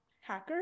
hacker